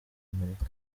amerika